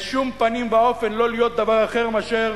בשום פנים ואופן לא להיות דבר אחר מאשר